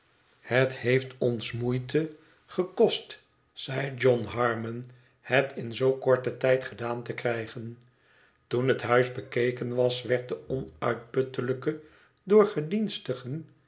het heeft ons moeite gekost zei john harmon het m zoo korten tijd gedaan te krijgen toen het huis bekeken was werd de onuitputtelijke